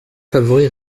favori